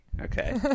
Okay